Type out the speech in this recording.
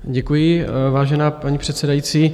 Děkuji, vážená paní předsedající.